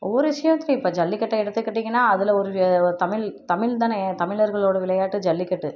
ஒவ்வொரு விஷயத்துலயும் இப்போ ஜல்லிக்கட்டை எடுத்துக்கிட்டிங்கன்னா அதில் ஒரு தமிழ் தமிழ் தானே தமிழர்களோட விளையாட்டு ஜல்லிக்கட்டு